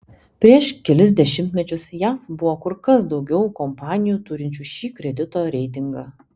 prieš kelis dešimtmečius jav buvo kur kas daugiau kompanijų turinčių šį kredito reitingą